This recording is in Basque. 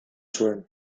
zuen